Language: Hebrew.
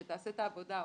שתעשה את העבודה,